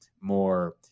more